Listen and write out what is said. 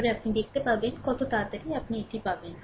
তারপরে আপনি দেখতে পাবেন কত তাড়াতাড়ি আপনি এটি পাবেন